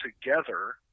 together